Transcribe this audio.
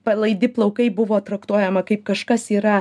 palaidi plaukai buvo traktuojama kaip kažkas yra